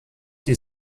die